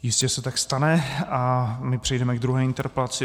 Jistě se tak stane a my přejdeme k druhé interpelaci.